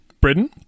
Britain